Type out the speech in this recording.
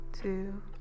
two